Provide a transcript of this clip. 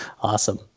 Awesome